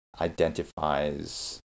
identifies